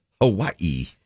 Hawaii